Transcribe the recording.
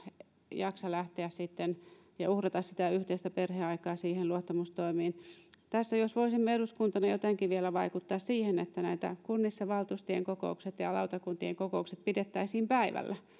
jaksa lähteä ja uhrata sitä yhteistä perheaikaa luottamustoimiin jos voisimme eduskuntana jotenkin vielä vaikuttaa siihen että kunnissa valtuustojen kokoukset ja ja lautakuntien kokoukset pidettäisiin päivällä